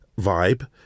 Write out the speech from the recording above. vibe